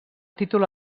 títol